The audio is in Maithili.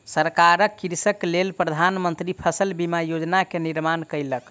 सरकार कृषकक लेल प्रधान मंत्री फसल बीमा योजना के निर्माण कयलक